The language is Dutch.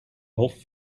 hof